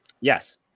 yes